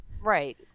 Right